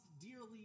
dearly